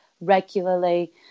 regularly